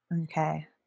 Okay